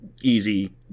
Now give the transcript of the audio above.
easy